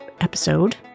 episode